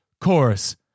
chorus